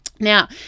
Now